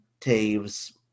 Taves